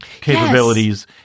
capabilities